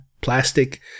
plastic